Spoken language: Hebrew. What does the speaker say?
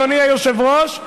אדוני היושב-ראש,